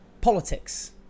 politics